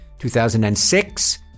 2006